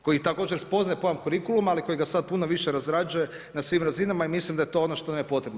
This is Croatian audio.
Koji također spoznaje pojam kurikuluma, ali koji ga sada puno više razrađuje na svim razinama i mislim da je to ono što nam je potrebno.